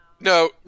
No